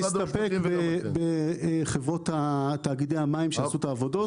להסתפק בחברות תאגידי המים שיעשו את העבודות.